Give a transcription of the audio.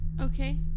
Okay